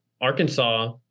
Arkansas